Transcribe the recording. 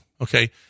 Okay